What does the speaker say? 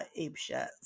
apeshit